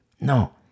No